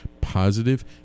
positive